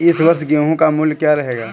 इस वर्ष गेहूँ का मूल्य क्या रहेगा?